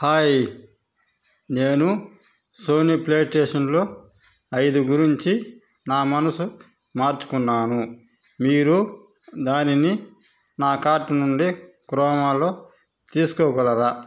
hi నేను Sony ప్లేటేషన్లో ఐదు గురించి నా మనసు మార్చుకున్నాను మీరు దానిని నా కార్ట్ నుండి క్రోమాలో తీసుకోగలరా